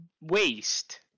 waste